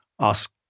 ask